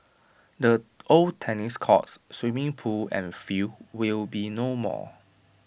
the old tennis courts swimming pool and field will be no more